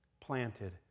planted